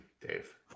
Dave